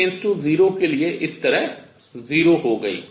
और T → 0 के लिए इस तरह 0 हो गई